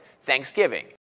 Thanksgiving